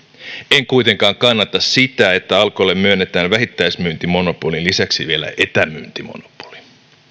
en kuitenkaan kannata sitä että alkolle myönnetään vähittäismyyntimonopolin lisäksi vielä etämyyntimonopoli